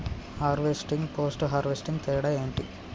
Harvesting, post harvesting తేడా ఏంటి?